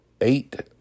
eight